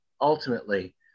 ultimately